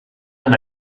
and